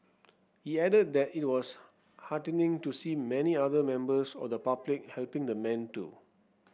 he added that it was heartening to see many other members of the public helping the man too